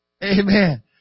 Amen